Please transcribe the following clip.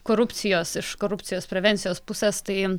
korupcijos iš korupcijos prevencijos pusės tai